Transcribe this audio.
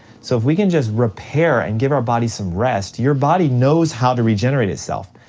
so if we can just repair and give our bodies some rest, your body knows how to regenerate itself.